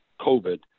COVID